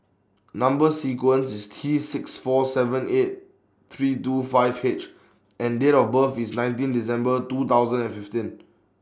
Number sequence IS T six four seven eight three two five H and Date of birth IS nineteen December two thousand and fifteen